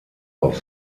auf